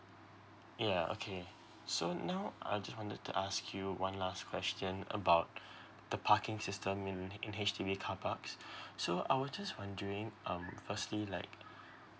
yeah okay so now I just wanted to ask you one last question about the parking system in in H_D_B car parks so I was just wondering um firstly like